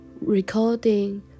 recording